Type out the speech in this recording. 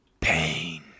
Pain